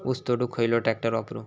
ऊस तोडुक खयलो ट्रॅक्टर वापरू?